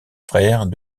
frères